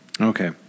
Okay